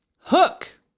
Hook